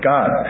God